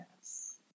Yes